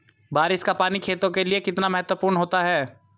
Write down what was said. बारिश का पानी खेतों के लिये कितना महत्वपूर्ण होता है?